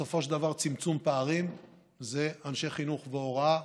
בסופו של דבר צמצום פערים זה אנשי חינוך והוראה,